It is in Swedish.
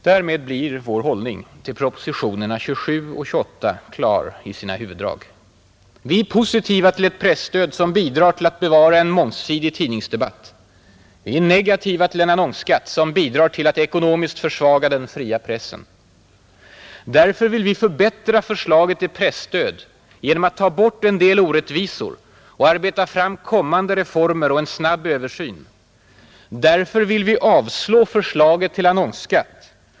Därmed blir vår hållning till propositionerna 27 och 28 klar i sina huvuddrag. Vi är positiva till ett presstöd som bidrar till att bevara en mångsidig tidningsdebatt. Vi är negativa till en annonsskatt som bidrar till att ekonomiskt försvaga den fria pressen, Därför vill vi förbättra förslaget till presstöd genom att ta bort en del orättvisor och arbeta fram kommande reformer och en snabb översyn. Därför vill vi avslå förslaget till annonsskatt.